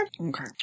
Okay